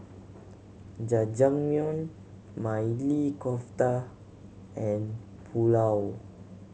Jajangmyeon Maili Kofta and Pulao